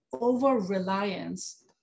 over-reliance